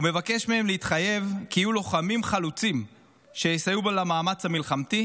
הוא מבקש מהם להתחייב כי יהיו לוחמים חלוצים שיסייעו למאמץ המלחמתי